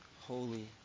holy